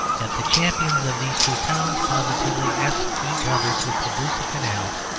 yet the champions of these two towns positively ask each other to produce a canal,